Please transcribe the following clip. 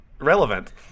Relevant